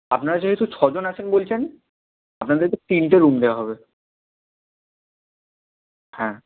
আপনারা যেহেতু ছজন আছেন বলছেন আপনাদেরকে তিনটে রুম দেওয়া হবে হ্যাঁ